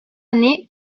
année